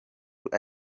wacu